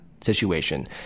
situation